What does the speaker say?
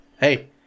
hey